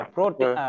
Protein